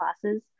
classes